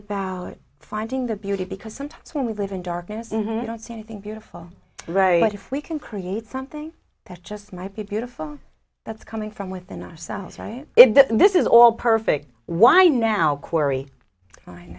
about finding the beauty because sometimes when we live in darkness you don't see anything beautiful right but if we can create something that just might be beautiful that's coming from within ourselves if this is all perfect why now corey